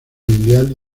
mundial